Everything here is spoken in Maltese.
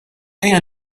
ejja